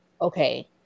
Okay